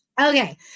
Okay